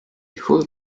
full